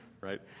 right